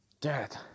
Dad